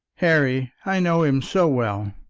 harry, i know him so well!